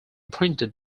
printed